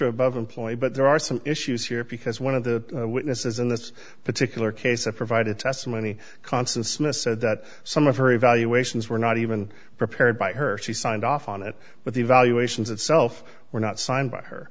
for above employee but there are some issues here because one of the witnesses in this particular case of provided testimony constance smith said that some of her evaluations were not even prepared by her she signed off on it with the evaluations itself were not signed by her